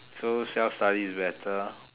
so self-study is better